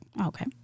Okay